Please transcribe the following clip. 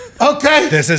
Okay